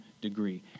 degree